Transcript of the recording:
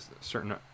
certain